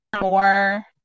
more